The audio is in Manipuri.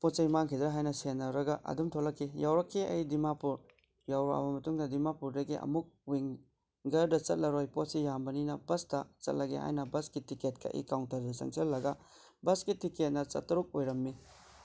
ꯄꯣꯠ ꯆꯩ ꯃꯥꯡꯈꯤꯗ꯭ꯔ ꯍꯥꯏꯅ ꯁꯦꯟꯅꯔꯒ ꯑꯗꯨꯝ ꯊꯣꯛꯂꯛꯈꯤ ꯌꯧꯔꯛꯈꯤ ꯑꯩ ꯗꯤꯃꯥꯄꯨꯔ ꯌꯧꯔꯛꯑꯕ ꯃꯇꯨꯡ ꯗꯤꯃꯥꯄꯨꯔꯗꯒꯤ ꯑꯃꯨꯛ ꯋꯤꯡꯒ꯭ꯔꯗ ꯆꯠꯂꯔꯣꯏ ꯄꯣꯠꯁꯤ ꯌꯥꯝꯕꯅꯤꯅ ꯕꯁꯇ ꯆꯠꯂꯒꯦ ꯍꯥꯏꯅ ꯕꯁꯀꯤ ꯇꯤꯛꯀꯦꯠ ꯀꯛꯏ ꯀꯥꯎꯟꯇꯔꯗ ꯆꯪꯁꯤꯜꯂꯒ ꯕꯁꯀꯤ ꯇꯤꯛꯀꯦꯠꯅ ꯆꯥꯇꯔꯨꯛ ꯑꯣꯏꯔꯝꯃꯤ